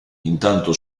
intanto